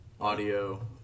audio